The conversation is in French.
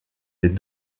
les